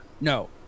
no